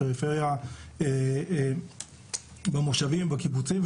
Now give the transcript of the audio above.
הפריפריה במושבים ובקיבוצים,